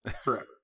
forever